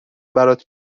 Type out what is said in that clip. برات